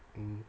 mmhmm